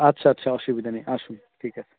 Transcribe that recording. আচ্ছা আচ্ছা অসুবিধা নেই আসুন ঠিক আছে